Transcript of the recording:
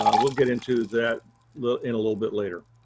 ah we'll get into that little in a little bit later.